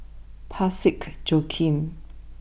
Parsick Joaquim